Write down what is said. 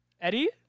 Eddie